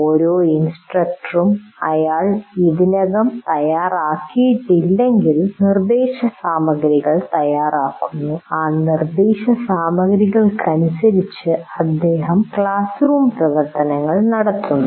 ഓരോ ഇൻസ്ട്രക്ടറും അയാൾ ഇതിനകം തയ്യാറാക്കിയിട്ടില്ലെങ്കിൽ നിർദ്ദേശസാമഗ്രികൾ തയ്യാറാക്കുന്നു ആ നിർദ്ദേശ സാമഗ്രികൾക്കനുസരിച്ച് അദ്ദേഹം ക്ലാസ് റൂം പ്രവർത്തനങ്ങൾ നടത്തുന്നു